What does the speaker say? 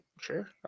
Sure